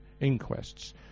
inquests